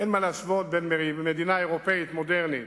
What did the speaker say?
אין מה להשוות בין מדינה אירופית מודרנית